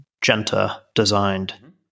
Genta-designed